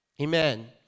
amen